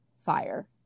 fire